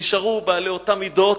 נשארו בעלי אותן מידות.